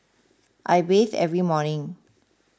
I bathe every morning